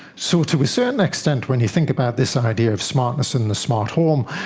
so to a certain extent when you think about this idea of smartness in the smart home,